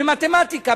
במתמטיקה,